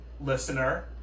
listener